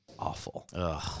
awful